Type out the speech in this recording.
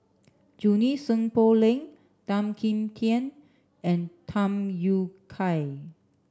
Junie Sng Poh Leng Tan Kim Tian and Tham Yui Kai